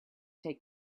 take